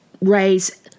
raise